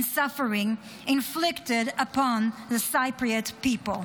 suffering inflicted upon the Cypriot people.